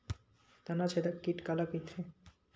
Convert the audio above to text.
तनाछेदक कीट काला कइथे?